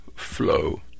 flow